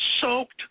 soaked